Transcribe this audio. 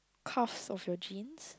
cuffs of your jeans